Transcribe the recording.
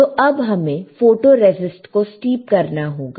तो अब हमें फोटोरेसिस्ट को स्टीप करना होगा